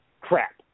crap